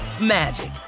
magic